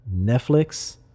Netflix